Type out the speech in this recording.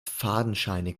fadenscheinig